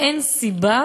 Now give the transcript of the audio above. אין סיבה